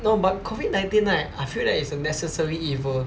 no but COVID nineteen right I feel that it's a necessary evil